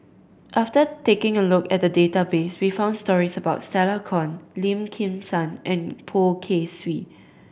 after taking a look at database we found stories about Stella Kon Lim Kim San and Poh Kay Swee